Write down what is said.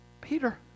Peter